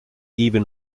even